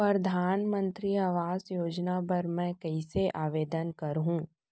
परधानमंतरी आवास योजना बर मैं कइसे आवेदन करहूँ?